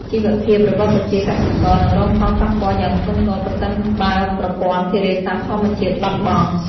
ជីវភាពរបស់ប្រជាកសិករនឹងរងផលប៉ះពាល់យ៉ាងធ្ងន់ធ្ងរប្រសិនបើប្រព័ន្ធធារាសាស្ត្រធម្មជាតិបាត់បង់។